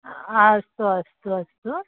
अस्तु अस्तु अस्तु